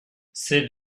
c’est